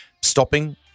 stopping